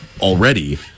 already